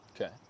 Okay